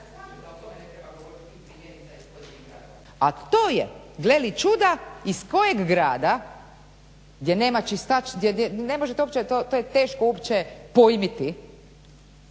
a to je gle li čuda iz kojeg grada gdje ne možete uopće, to je teško uopće pojmiti